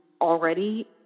already